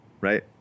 right